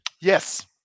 Yes